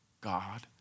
God